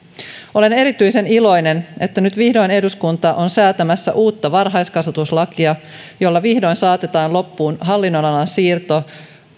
olen erityisen iloinen että nyt vihdoin eduskunta on säätämässä uutta varhaiskasvatuslakia jolla vihdoin saatetaan loppuun hallinnonalan siirto